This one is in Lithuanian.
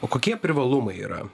o kokie privalumai yra